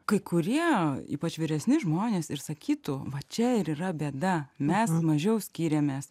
kai kurie ypač vyresni žmonės ir sakytų va čia ir yra bėda mes mažiau skyrėmės